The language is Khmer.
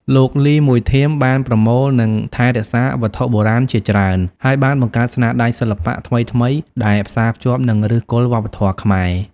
លោក លីម មួយធៀម បានប្រមូល និងថែរក្សាវត្ថុបុរាណជាច្រើន ហើយបានបង្កើតស្នាដៃសិល្បៈថ្មីៗដែលផ្សារភ្ជាប់នឹងឫសគល់វប្បធម៌ខ្មែរ។